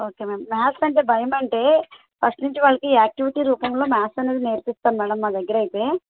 okay ma'am maths అంటే భయం అంటే ఫస్ట్ నుంచి వాళ్ళకి యాక్టివిటీ రూపంలో మ్యాథ్స్ అనేది నేర్పిస్తాం మేడం మా దగ్గర అయితే